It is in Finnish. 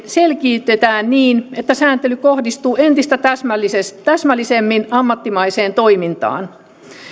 selkiytetään niin että sääntely kohdistuu entistä täsmällisemmin täsmällisemmin ammattimaiseen toimintaan